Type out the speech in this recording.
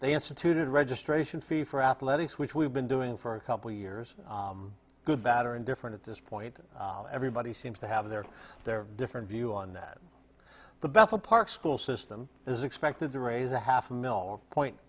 they instituted registration fee for athletics which we've been doing for a couple years good bad or indifferent at this point and everybody seems to have their their different view on that the best a park school system is expected to raise a half mil point